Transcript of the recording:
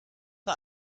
war